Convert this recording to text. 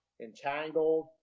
entangled